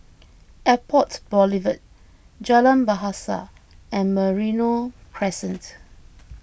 Airport Boulevard Jalan Bahasa and Merino Crescent